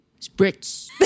Spritz